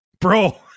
Bro